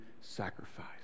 sacrifice